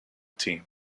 team